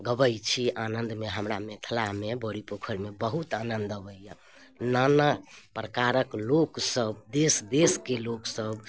गबै छी आनन्दमे हमरा मिथिलामे बड़ी पोखरिमे बहुत आनन्द अबैए नाना प्रकारके लोकसब देस देसके लोकसब